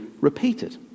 repeated